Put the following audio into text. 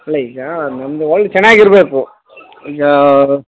ಅಲ್ಲ ಈಗ ನಮ್ದು ಯಾವಾಗ್ಲೂ ಚೆನ್ನಾಗಿರ್ಬೇಕು ಈಗ